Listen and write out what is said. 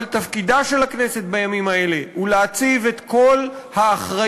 אבל תפקידה של הכנסת בימים האלה הוא להציב את כל האחריות,